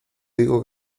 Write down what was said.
digo